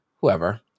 whoever